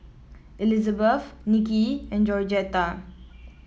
Elizabeth Nicky and Georgetta